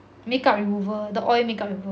makeup remover the oil makeup remover